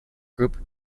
group